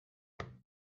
know